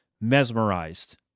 mesmerized